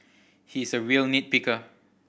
he is a real nit picker